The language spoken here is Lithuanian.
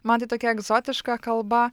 man tai tokia egzotiška kalba